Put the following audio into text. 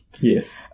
Yes